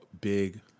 big